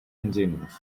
ingenious